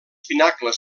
pinacles